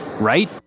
right